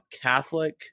Catholic